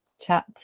chat